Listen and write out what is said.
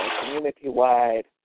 community-wide